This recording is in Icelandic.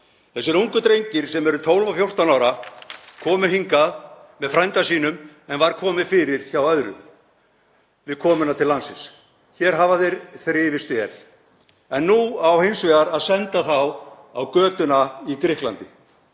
Þessir ungu drengir, sem eru 12 og 14 ára, komu hingað með frænda sínum en var komið fyrir hjá öðrum við komuna til landsins. Hér hafa þeir þrifist vel en nú á hins vegar að senda þá á götuna í Grikklandi.